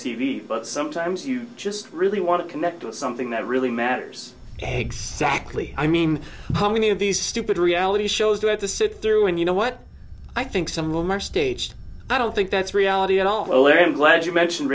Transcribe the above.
v but sometimes you just really want to connect to something that really matters zack lee i mean how many of these stupid reality shows you have to sit through when you know what i think some of them are staged i don't think that's reality at all larry i'm glad you mention